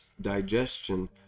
digestion